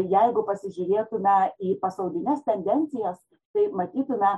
jeigu pasižiūrėtume į pasaulines tendencijas tai matytume